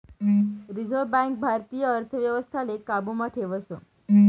reserve bank भारतीय अर्थव्यवस्थाले काबू मा ठेवस